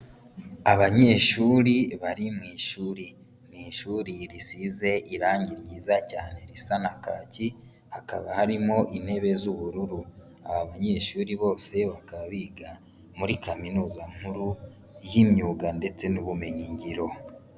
Abanyeshuri bari mu ishuri. Ni ishuri risize irangi ryiza cyane risa na kaki, hakaba harimo intebe z'ubururu. Aba banyeshuri bose bakaba biga muri kaminuza nkuru y'imyuga ndetse n'ubumenyingiro.